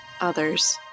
others